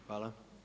Hvala.